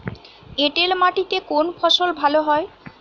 এঁটেল মাটিতে কোন ফসল ভালো হয়?